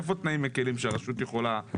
איפה תנאים מקלים שהרשות יכולה כן לסייע?